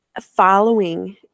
following